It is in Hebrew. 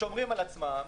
שומרים על עצמם.